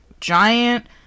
giant